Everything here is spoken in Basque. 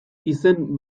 izen